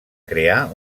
crear